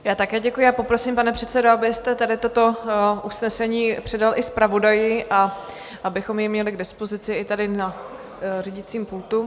Já také děkuji a poprosím, pane předsedo, abyste toto usnesení předal i zpravodaji a abychom je měli k dispozici i tady na řídicím pultu.